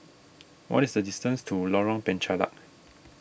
what is the distance to Lorong Penchalak